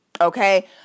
Okay